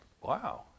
wow